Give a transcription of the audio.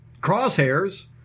Crosshairs